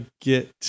get